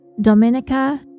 Dominica